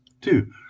Two